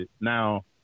Now